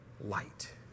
light